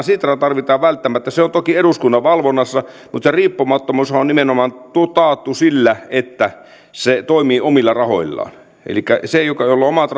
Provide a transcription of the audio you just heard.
sitraa tarvitaan välttämättä se on toki eduskunnan valvonnassa mutta sen riippumattomuushan on nimenomaan taattu sillä että se toimii omilla rahoillaan elikkä se jolla on omat